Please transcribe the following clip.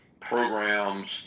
programs